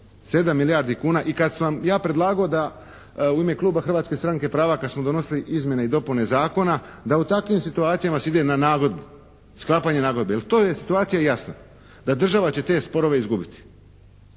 7 milijardi kuna. I kad sam ja predlagao da u ime kluba Hrvatske stranke prava kad smo donosili izmjene i dopune zakona da u takvim situacijama se ide na nagodbu, sklapanje nagodbe. Jer to je situacija jasna da država će te sporove izgubiti.